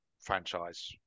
franchise